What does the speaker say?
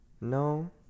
no